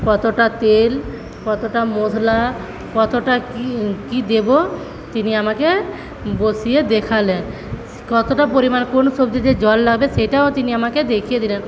কতটা তেল কতটা মশলা কতটা কি কি দেব তিনি আমাকে বসিয়ে দেখালেন কতটা পরিমাণ কোন সবজিতে জল লাগবে সেটাও তিনি আমাকে দেখিয়ে দিলেন